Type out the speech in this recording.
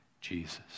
Jesus